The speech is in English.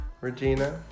Regina